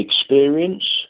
experience